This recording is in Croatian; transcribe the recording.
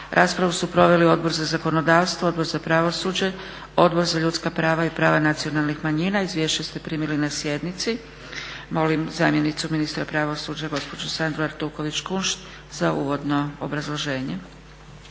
Raspravu su proveli Odbor za zakonodavstvo, Odbor za pravosuđe, Odbor za ljudska prava i prava nacionalnih manjina. Izvješća ste primili na sjednici. Molim zamjenicu ministra pravosuđa gospođu Sandru Artuković Kunšt za uvodno obrazloženje.